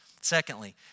Secondly